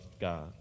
God